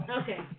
Okay